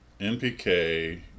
NPK